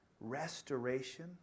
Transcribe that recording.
restoration